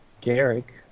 Garrick